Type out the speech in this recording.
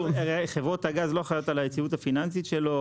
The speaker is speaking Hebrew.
חברות הגז לא אחראיות על היציבות הפיננסית שלו,